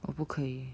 我不可以